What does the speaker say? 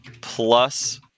plus